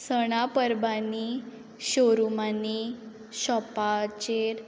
सणा परबांनी शोरुमांनी शोपाचेर